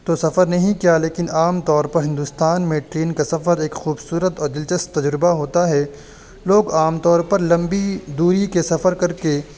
تو سفر نہیں کیا لیکن عام طور پر ہندوستان میں ٹرین کا سفر ایک خوبصورت اور دلچسپ تجربہ ہوتا ہے لوگ عام طور پر لمبی دوری کے سفر کر کے